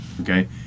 okay